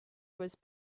was